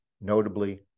notably